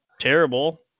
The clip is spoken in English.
terrible